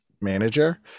manager